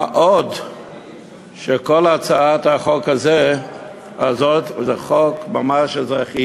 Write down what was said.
מה גם שכל הצעת החוק הזאת זה חוק ממש אזרחי,